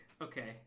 okay